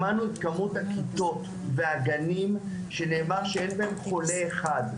שמענו את כמות הכיתות והגנים שנאמר שאין בהם חולה אחד,